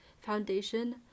foundation